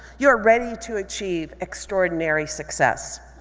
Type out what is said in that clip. you are ready to achieve extraordinary success.